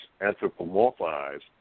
Anthropomorphized